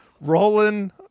rolling